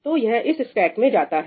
तो यह इस स्टैक में जाता है